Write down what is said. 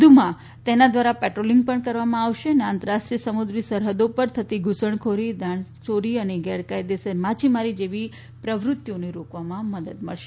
વધુમાં તેના દ્વારા પેટ્રોલિંગ પણ કરવામાં આવશે અને આંતરરાષ્ટ્રીય સમુદ્રી સરહદો પર થતી ધુસણખોરી દાણચોરી અને ગેરકાયદે માછીમારી જેવી પ્રવૃત્તિઓને રોકવામાં મદદ મળશે